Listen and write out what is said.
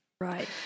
Right